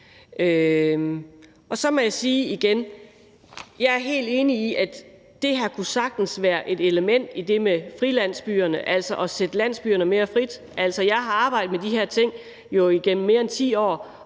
Og så må jeg igen sige: Jeg er helt enig i, at det her sagtens kunne være et element i det med frilandsbyerne, altså at sætte landsbyerne mere fri. Jeg har jo arbejdet med de her ting igennem mere end 10 år,